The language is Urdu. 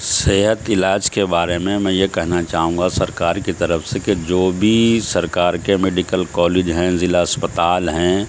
صحت علاج کے بارے میں میں یہ کہنا چاہوں گا سرکار کی طرف سے کہ جو بھی سرکار کے میڈیکل کالج ہیں ضلع اسپتال ہیں